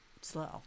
slow